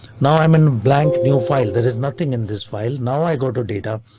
now i'm in blank new file. there is nothing in this file. now i go to data.